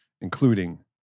including